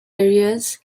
areas